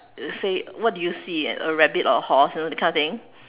say what do you see a rabbit or a horse you know that kind of thing